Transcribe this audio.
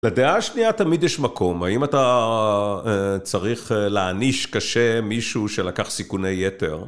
לדעה השנייה תמיד יש מקום, האם אתה אה.. צריך אה.. להעניש קשה מישהו שלקח סיכוני יתר?